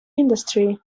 industry